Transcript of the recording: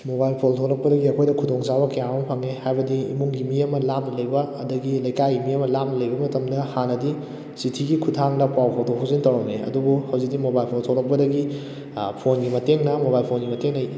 mobile phone ꯊꯣꯛꯂꯛꯄꯗꯒꯤ ꯑꯩꯈꯣꯏꯗ ꯈꯨꯗꯣꯡ ꯆꯥꯕ ꯀꯌꯥ ꯑꯃ ꯐꯪꯉꯦ ꯍꯥꯏꯕꯗꯤ ꯏꯃꯨꯡꯒꯤ ꯃꯤ ꯑꯃ ꯂꯥꯞꯅ ꯂꯩꯕ ꯑꯗꯒꯤ ꯂꯩꯀꯥꯏꯒꯤ ꯃꯤ ꯑꯃ ꯂꯥꯞꯅ ꯂꯩꯕ ꯃꯇꯝꯗ ꯍꯥꯟꯗꯤ ꯆꯤꯊꯤꯒꯤ ꯈꯨꯠꯊꯥꯡꯗ ꯄꯥꯎ ꯐꯥꯎꯗꯣꯛ ꯐꯥꯎꯖꯤꯟ ꯇꯧꯔꯝꯃꯦ ꯑꯗꯨꯕꯨ ꯍꯧꯖꯤꯛꯇꯤ ꯃꯣꯕꯥꯏꯜ ꯐꯣꯟ ꯊꯣꯛꯂꯛꯄꯗꯒꯤ ꯐꯣꯟꯒꯤ ꯃꯇꯦꯡꯅ ꯃꯣꯕꯥꯏꯜ ꯐꯣꯟꯒꯤ ꯃꯇꯦꯡꯅ